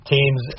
Teams